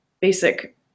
basic